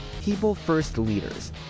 peoplefirstleaders